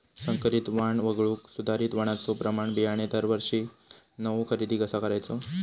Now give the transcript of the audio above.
संकरित वाण वगळुक सुधारित वाणाचो प्रमाण बियाणे दरवर्षीक नवो खरेदी कसा करायचो?